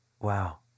Wow